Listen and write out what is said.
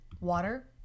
Water